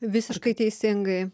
visiškai teisingai